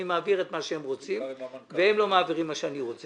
אני מעביר את מה שהם רוצים והם לא מעבירים את מה שאני רוצה.